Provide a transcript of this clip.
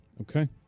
Okay